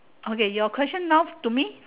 okay your question now to me